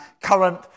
current